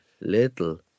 little